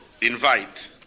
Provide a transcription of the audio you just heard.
invite